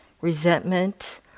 resentment